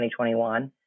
2021